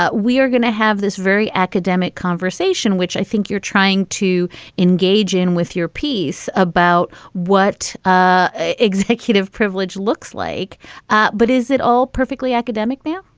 ah we are going to have this very academic conversation, which i think you're trying to engage in with your piece about what ah executive privilege looks like but is it all perfectly academic now?